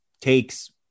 takes